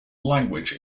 language